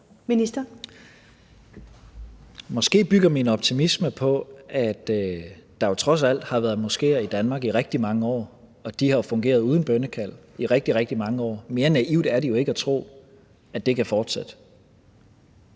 Tesfaye): Måske bygger min optimisme på, at der jo trods alt har været moskéer i Danmark i rigtig mange år, og de har jo fungeret uden bønnekald i rigtig, rigtig mange år. Mere naivt er det jo ikke at tro, at det kan fortsætte.